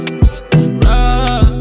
rock